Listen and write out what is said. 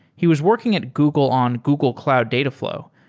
he was working at google on google cloud dataflow,